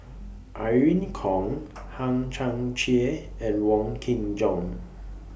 Irene Khong Hang Chang Chieh and Wong Kin Jong